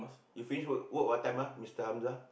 you finish work work what time ah Mister Hamzal